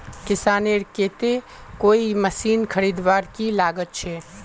किसानेर केते कोई मशीन खरीदवार की लागत छे?